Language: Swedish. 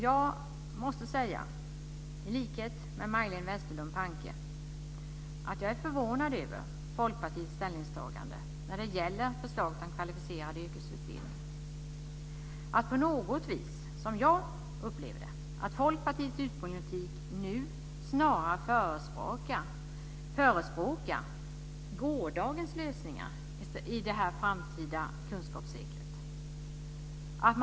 Jag måste säga, i likhet med Majléne Westerlund Panke, att jag är förvånad över Folkpartiets ställningstagande när det gäller förslaget om kvalificerad yrkesutbildning. Jag upplever det som om Folkpartiet snarare förespråkar gårdagens lösningar för det framtida kunskapsseklet.